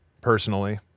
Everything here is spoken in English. Personally